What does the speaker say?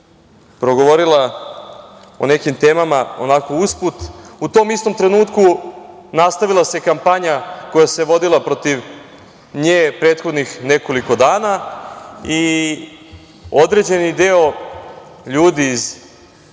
progovorila o nekim temama onako usput, u tom istom trenutku nastavila se kampanja koja se vodila protiv nje prethodnih nekoliko dana i određeni deo ljudi iz